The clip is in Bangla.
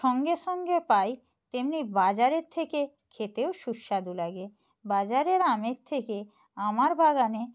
সঙ্গে সঙ্গে পাই তেমনি বাজারের থেকে খেতেও সুস্বাদু লাগে বাজারের আমের থেকে আমার বাগানে